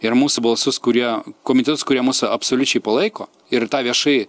ir mūsų balsus kurie komitetus kurie mus absoliučiai palaiko ir tą viešai